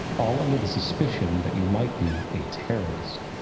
all under the suspicion that you might be a terrorist.